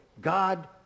God